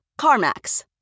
CarMax